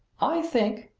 i think,